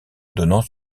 donnant